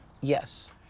Yes